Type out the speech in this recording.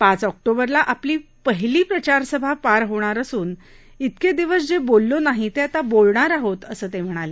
पाच ऑक्टोबरला आपली पहिली प्रचारसभा पार होणार असून इतके दिवस जे बोललो नाही ते आता बोलणार आहोत असं ते म्हणाले